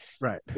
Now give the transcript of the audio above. Right